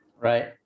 Right